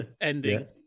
ending